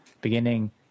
beginning